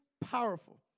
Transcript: powerful